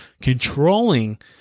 controlling